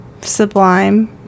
Sublime